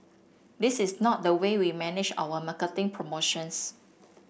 this is not the way we manage our marketing promotions